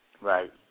Right